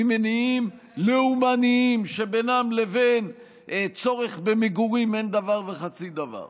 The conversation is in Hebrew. ממניעים לאומניים שבינם לבין צורך במגורים אין דבר וחצי דבר.